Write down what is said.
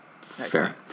Fair